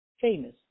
famous